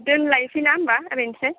दोनलायनोसैना होनबा ओरैनोसै